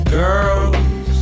girls